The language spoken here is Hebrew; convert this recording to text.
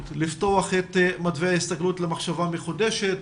לפתוח את מתווה ההסתגלות למחשבה מחודשת,